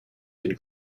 had